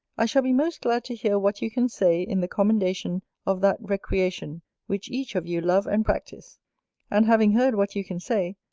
i shall be most glad to hear what you can say in the commendation of that recreation which each of you love and practice and having heard what you can say,